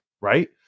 right